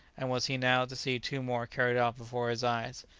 and was he now to see two more carried off before his eyes?